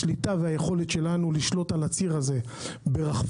השליטה והיכולת שלנו לשלוט על הציר הזה ברחפנים